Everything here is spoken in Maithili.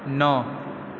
नओ